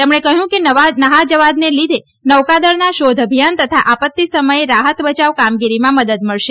તેમણે કહ્યું કે નવા જહાજના લીધે નૌકાદળના શોધ અભિયાન તથા આપત્તી સમયે રાહત બયાવ કામગીરીમાં મદદ થશે